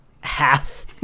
half